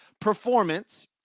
performance